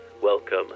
Welcome